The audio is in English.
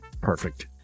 perfect